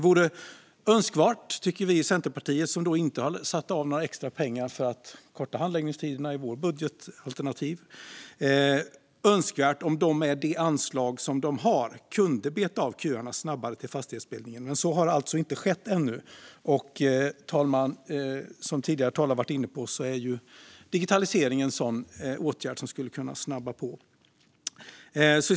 Vi i Centerpartiet, som inte har satt av några extra pengar i vårt budgetalternativ för att korta handläggningstiderna, tycker att det vore önskvärt om Lantmäteriet med det anslag som man har kunde beta av köerna till fastighetsbildningen snabbare. Men så har alltså inte skett ännu. Fru talman! Som tidigare talare har varit inne på är digitalisering en åtgärd som skulle kunna snabba på detta.